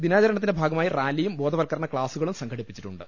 ദിനാചരണത്തിന്റെ ഭാഗമായി റാലിയും ബോധവ ത്കരണ ക്ലാസുകളും സംഘടിപ്പിച്ചിട്ടുണ്ട്